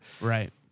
Right